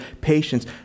patience